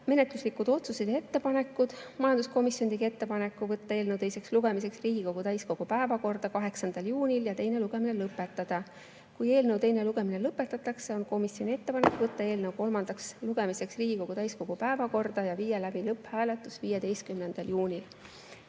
menetluslikud otsused ja ettepanekud. Majanduskomisjon tegi ettepaneku võtta eelnõu teiseks lugemiseks Riigikogu täiskogu päevakorda 8. juunil ja teine lugemine lõpetada. Kui eelnõu teine lugemine lõpetatakse, on komisjoni ettepanek võtta eelnõu kolmandaks lugemiseks Riigikogu täiskogu päevakorda ja viia läbi lõpphääletus 15. juunil.